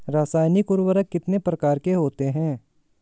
रासायनिक उर्वरक कितने प्रकार के होते हैं?